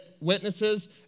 witnesses